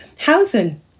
housing